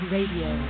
Radio